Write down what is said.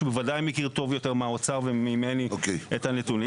שהוא בוודאי מכיר טוב יותר מהאוצר וממני את הנתונים.